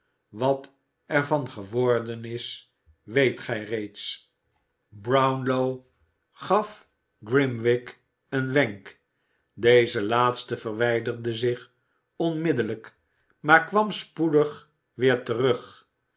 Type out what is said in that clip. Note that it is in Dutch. wat er van geworden is weet gij reeds olivier twist brownlow gaf grimwig een wenk deze laatste verwijderde zich onmiddellijk maar kwam spoedig weer terug